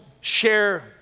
share